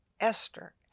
Esther